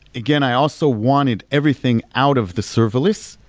again, i also wanted everything out of the serverless,